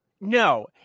No